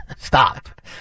Stop